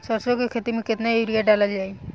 सरसों के खेती में केतना यूरिया डालल जाई?